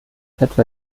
etwa